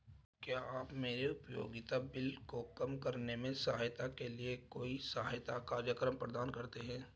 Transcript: क्या आप मेरे उपयोगिता बिल को कम करने में सहायता के लिए कोई सहायता कार्यक्रम प्रदान करते हैं?